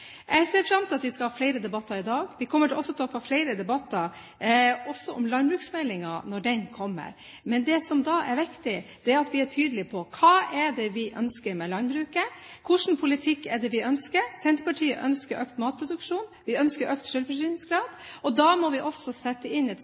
Jeg ser fram til at vi skal ha flere debatter i dag. Vi kommer til å få flere debatter om landbruksmeldingen når den kommer. Men det som da er viktig, er at vi er tydelig på hva det er vi ønsker med landbruket, og hva slags politikk vi ønsker. Senterpartiet ønsker økt matproduksjon og økt selvforsyningsgrad. Da må vi også sette inn et